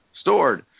stored